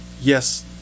yes